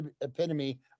epitome